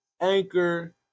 Anchor